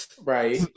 Right